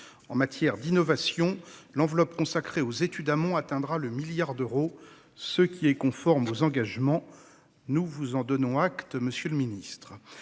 En matière d'innovation, l'enveloppe consacrée aux études amont atteindra le milliard d'euros, ce qui est conforme aux engagements. Nous vous en donnons acte, monsieur le ministre.